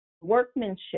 workmanship